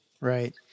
Right